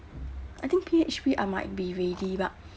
I think P_H_P I might be ready but